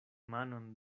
manon